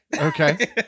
Okay